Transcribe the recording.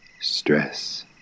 stress